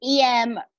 EM